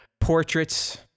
portraits